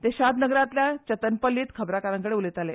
ते शादनगरातल्या चतनपल्लीत खबरांकारांकडेन उलयताले